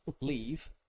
leave